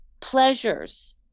pleasures